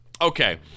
Okay